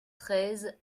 treize